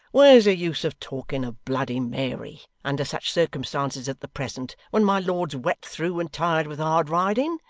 where's the use of talking of bloody mary, under such circumstances as the present, when my lord's wet through, and tired with hard riding?